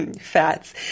fats